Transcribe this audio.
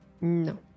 No